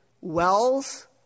wells